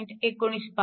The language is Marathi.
19 पहा